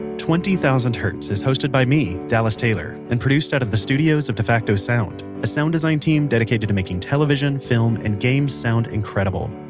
twenty thousand hertz is hosted by me, dallas taylor, and produced out of the studios of defacto sound, a sound design team dedicated to making television, film and games sound incredible.